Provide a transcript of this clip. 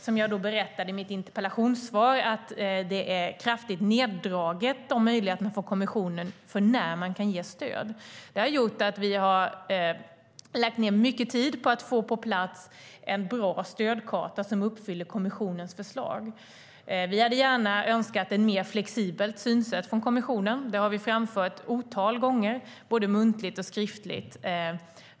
Som jag berättade i mitt interpellationssvar är möjligheterna för när man kan ge stöd kraftigt neddragna från kommissionen. Det har gjort att vi har lagt ned mycket tid på att få på plats en bra stödkarta som följer kommissionens förslag. Vi hade gärna önskat ett mer flexibelt synsätt från kommissionen. Det har vi framfört ett otal gånger både muntligt och skriftligt